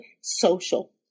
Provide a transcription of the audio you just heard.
social